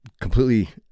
completely